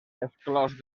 exclòs